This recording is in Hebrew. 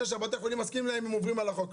שבתי החולים מסכימים הם עוברים על החוק,